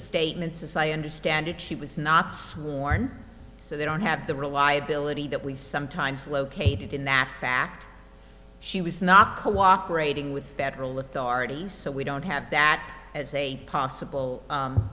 statements as i understand it she was not sworn so they don't have the reliability that we've sometimes located in that fact she was not cooperating with federal authorities so we don't have that as a possible